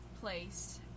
place